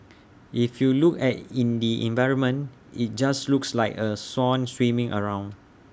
if you look at in the environment IT just looks like A swan swimming around